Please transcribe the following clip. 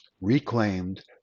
reclaimed